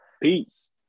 Peace